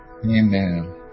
Amen